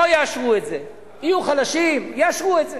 לא יאשרו את זה, יהיו חלשים, יאשרו את זה.